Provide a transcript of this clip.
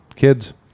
Kids